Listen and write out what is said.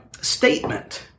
statement